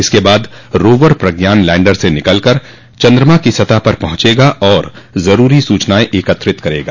इसके बाद rover Pragyan lander से निकल कर चंद्रमा की सतह पर पहुंचेगा और जरूरी सूचनाएं एकत्र करेगा